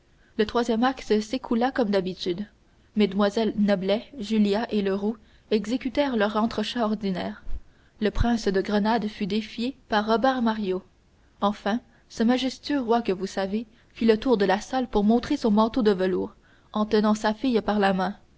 le troisième acte s'écoula comme d'habitude mlles noblet julia et leroux exécutèrent leurs entrechats ordinaires le prince de grenade fut défié par robert mario enfin ce majestueux roi que vous savez fit le tour de la salle pour montrer son manteau de velours en tenant sa fille par la main